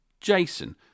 Jason